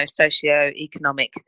socioeconomic